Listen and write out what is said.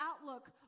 outlook